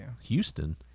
Houston